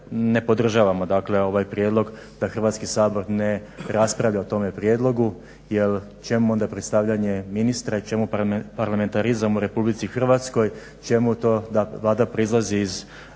Hrvatski sabor ne raspravlja o tome prijedlogu jer čemu onda predstavljanje ministra i čemu parlamentarizam u RH, čemu to da Vlada proizlazi iz